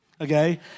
Okay